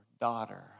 daughter